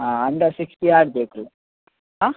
ಹಾಂ under sixty ಆಡಬೇಕು ಹಾಂ